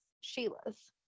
Sheila's